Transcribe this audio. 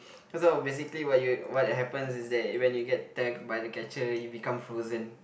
cause oh basically what you what happens is that when you get tagged by the catcher you become frozen